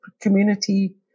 community